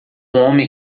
homem